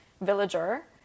villager